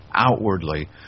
Outwardly